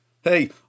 Hey